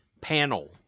panel